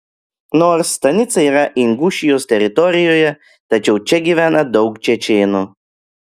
nors stanica yra ingušijos teritorijoje tačiau čia gyvena daug čečėnų